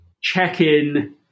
check-in